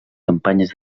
campanyes